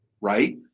right